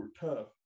tough